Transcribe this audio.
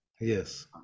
Yes